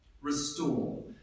Restore